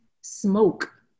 smoke